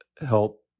help